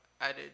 added